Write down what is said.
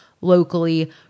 locally